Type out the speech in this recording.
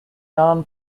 non